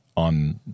on